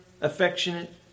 affectionate